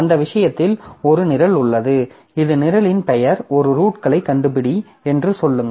அந்த விஷயத்தில் ஒரு நிரல் உள்ளது இது நிரலின் பெயர் ஒரு ரூட்களைக் கண்டுபிடி என்று சொல்லுங்கள்